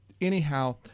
Anyhow